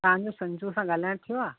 तव्हांजो संजू सां ॻाल्हायण थियो आहे